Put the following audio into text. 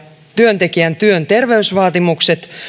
työntekijän työn terveysvaatimukset